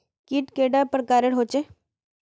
कीट कैडा पर प्रकारेर होचे?